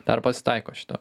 dar pasitaiko šito